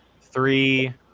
Three